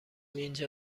اینجا